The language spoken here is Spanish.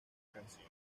canción